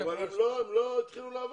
הם עוד לא התחילו לעבוד.